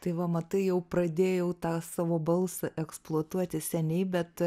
tai va matai jau pradėjau tą savo balsą eksploatuoti seniai bet